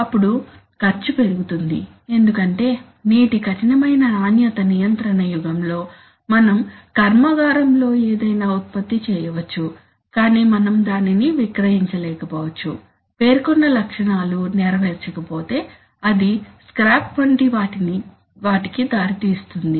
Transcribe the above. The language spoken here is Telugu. అప్పుడు ఖర్చు పెరుగుతుంది ఎందుకంటే నేటి కఠినమైన నాణ్యత నియంత్రణ యుగంలో మనం కర్మాగారంలో ఏదైనా ఉత్పత్తి చేయవచ్చు కాని మనం దానిని విక్రయించలేకపోవచ్చు పేర్కొన్న లక్షణాలు నెరవేర్చకపోతే అది స్క్రాప్ వంటి వాటికి దారి తీస్తుంది